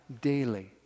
daily